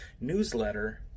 newsletter